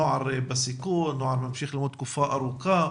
נוער בסיכון, נוער ממשיך --- תקופה ארוכה.